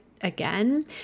again